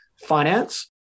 finance